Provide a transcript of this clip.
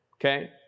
okay